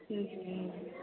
जी जी